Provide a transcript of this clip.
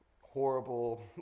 horrible